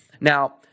Now